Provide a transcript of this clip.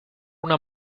una